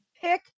pick